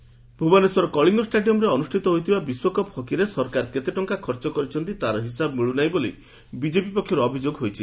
BJP ଅଭିଯୋଗ ଭୁବନେଶ୍ୱର କଳିଙ୍ଗ ଷାଡିୟମ୍ରେ ଅନୁଷିତ ହୋଇଥିବା ବିଶ୍ୱକପ୍ ହକିରେ ସରକାର କେତେ ଟଙ୍କା ଖର୍ଚ୍ଚ କରିଛନ୍ତି ତାହାର ହିସାବ ମିଳୁନାହିଁ ବୋଲି ବିଜେପି ପକ୍ଷରୁ ଅଭିଯୋଗ ହୋଇଛି